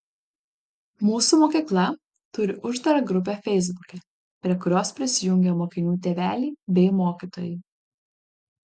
mūsų mokykla turi uždarą grupę feisbuke prie kurios prisijungę mokinių tėveliai bei mokytojai